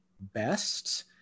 best